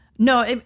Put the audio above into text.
No